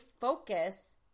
focus